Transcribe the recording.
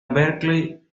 berkeley